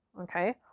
okay